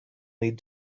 need